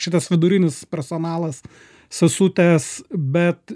šitas vidurinis personalas sesutės bet